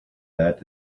that